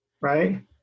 Right